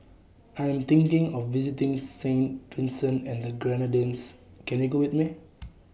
I Am thinking of visiting Saint Vincent and The Grenadines Can YOU Go with Me